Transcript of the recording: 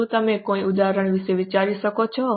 શું તમે કોઈ ઉદાહરણ વિશે વિચારી શકો છો